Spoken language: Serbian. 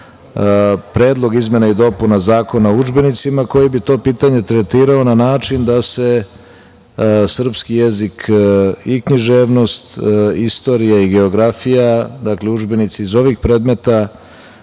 Predlog izmena i dopuna Zakona o udžbenicima koji bi to pitanje tretirao na način da se srpski jezik i književnost, istorija i geografija, dakle, udžbenici iz ovih predmeta